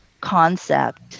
concept